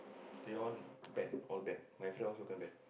that one ban all ban my friend also kena ban